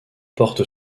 porte